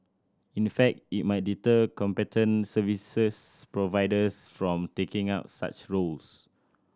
in the fact it might deter competent services providers from taking up such roles